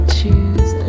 choose